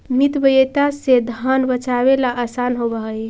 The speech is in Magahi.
मितव्ययिता से धन बचावेला असान होवऽ हई